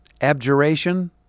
Abjuration